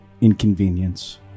inconvenience